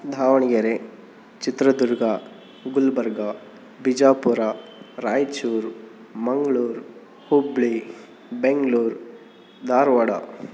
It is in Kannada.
ದಾವಣಗೆರೆ ಚಿತ್ರದುರ್ಗ ಗುಲ್ಬರ್ಗ ಬಿಜಾಪುರ ರಾಯಚೂರು ಮಂಗಳೂರು ಹುಬ್ಬಳ್ಳಿ ಬೆಂಗಳೂರು ಧಾರವಾಡ